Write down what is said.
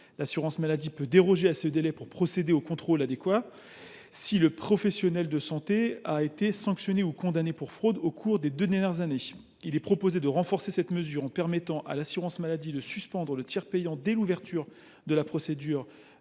L’assurance maladie peut déroger à ce délai pour procéder aux contrôles adéquats si le professionnel de santé a été sanctionné ou condamné pour fraude au cours des deux dernières années. Il est proposé de renforcer cette mesure en permettant à l’assurance maladie de suspendre le tiers payant dès l’ouverture de la procédure